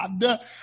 God